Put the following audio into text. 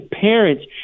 parents